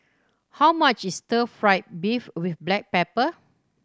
how much is stir fried beef with black pepper